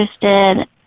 interested